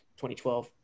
2012